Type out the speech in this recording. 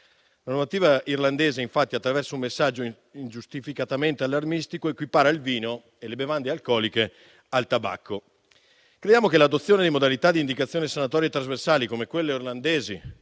La normativa irlandese, infatti, attraverso un messaggio ingiustificatamente allarmistico, equipara il vino e le bevande alcoliche al tabacco. L'adozione di modalità di indicazione sanzionatorie e trasversali come quelle irlandesi